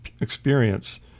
experience